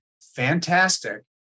fantastic